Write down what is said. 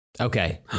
okay